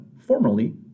formerly